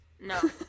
No